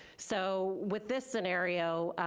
so with this scenario,